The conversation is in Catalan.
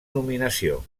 nominació